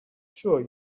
sure